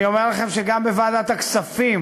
אני אומר לכם שגם בוועדת הכספים,